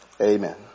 amen